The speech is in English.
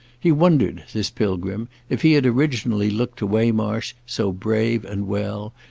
he wondered, this pilgrim, if he had originally looked to waymarsh so brave and well,